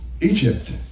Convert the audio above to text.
Egypt